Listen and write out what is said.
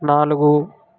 నాలుగు